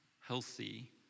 healthy